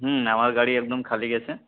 হুম আমার গাড়ি একদম খালি আছে